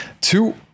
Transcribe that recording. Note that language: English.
two